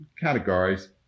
categories